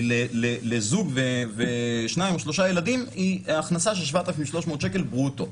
לזוג ושניים או שלושה ילדים היא הכנסה של 7,300 ברוטו,